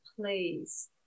please